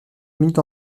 minutes